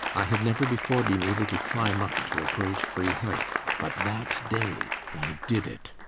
i had never before been able to climb up to a great, free height. but that day i did it.